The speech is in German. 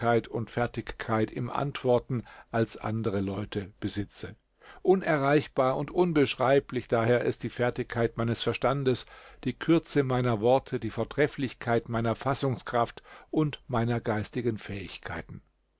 und fertigkeit im antworten als andere leute besitze unerreichbar und unbeschreiblich aber ist die fertigkeit meines verstandes die kürze meiner worte die vortrefflichkeit meiner fassungskraft und meiner geistigen fähigkeiten